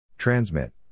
Transmit